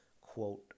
quote